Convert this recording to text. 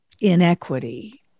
inequity